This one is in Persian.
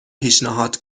پیشنهاد